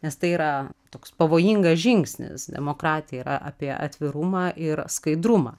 nes tai yra toks pavojingas žingsnis demokratija yra apie atvirumą ir skaidrumą